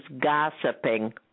gossiping